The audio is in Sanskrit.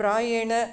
प्रायेण